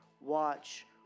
watch